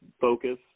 focus